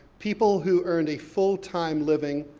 people who earned a full time living,